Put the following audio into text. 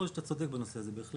יכול להיות שאתה צודק, בהחלט.